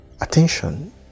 attention